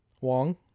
Wong